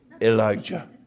Elijah